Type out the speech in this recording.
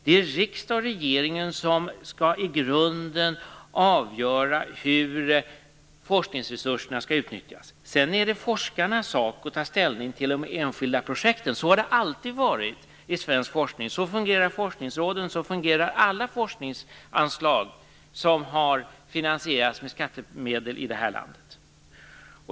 Det är riksdag och regering som i grunden skall avgöra hur forskningsresurserna skall utnyttjas. Sedan är det forskarnas sak att ta ställning till de enskilda projekten. Så har det alltid varit i svensk forskning. Så fungerar forskningsråden, och så fungerar alla forskningsanslag som finansieras med skattemedel i det här landet.